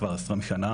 כבר 20 שנה,